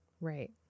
Right